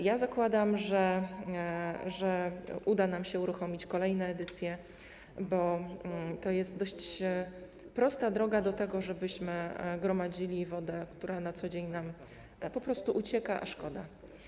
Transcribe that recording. Ja zakładam, że uda nam się uruchomić kolejne edycje, bo to jest dość prosta droga do tego, żebyśmy gromadzili wodę, która na co dzień nam po prostu ucieka, a szkoda.